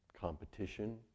competition